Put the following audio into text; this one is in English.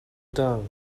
done